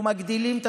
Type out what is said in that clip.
אנחנו מגדילים את